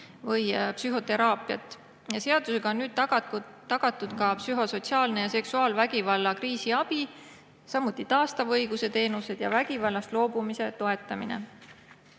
või psühhoteraapiat. Seadusega on nüüd tagatud ka psühhosotsiaalne ja seksuaalvägivalla kriisiabi, samuti taastava õiguse teenused ja vägivallast loobumise toetamine.